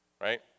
right